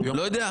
לא יודע.